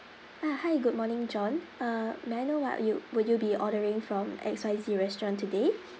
ah hi good morning john uh may I know what are you would you be ordering from X Y Z restaurant today